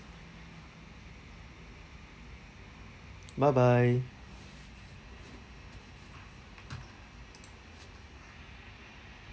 bye bye